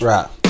Right